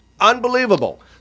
Unbelievable